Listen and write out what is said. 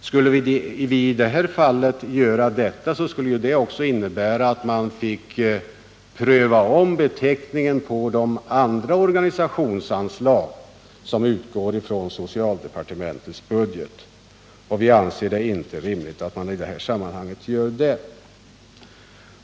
Skulle vi göra så i det här fallet, skulle det innebära att man fick pröva om beteckningen också på de andra organisationsanslag som utgår från socialdepartementets budget. Vianser det inte rimligt att man i det här sammanhanget gör det.